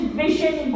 vision